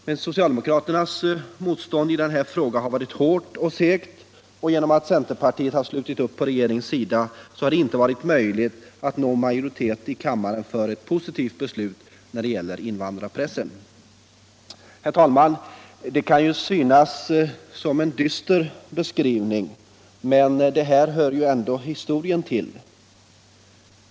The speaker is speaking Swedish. Men socialdemokraternas motstånd i denna fråga har varit hårt och segt, och genom att centerpartiet slutit upp på regeringens sida har det inte varit möjligt att nå majoritet här i kammaren för ett positivt beslut när det gäller invandrarpressen. Herr talman! Detta kan synas som en dyster beskrivning, men det här hör ju ändå historien till.